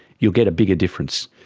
you'll get a bigger difference.